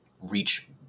reach